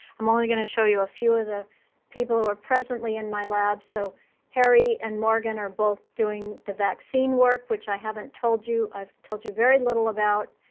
i'm only going to show you a few of the people who are presently in my lab. so harry and morgan are both doing the vaccine work, which i haven't told you i've told you very little about.